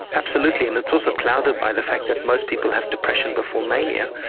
absolutely, and it's also clouded by the fact that most people have depression before mania.